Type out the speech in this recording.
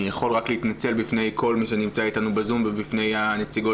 אני יכול רק להתנצל בפני כל מי שנמצא אתנו בזום ובפני הנציגות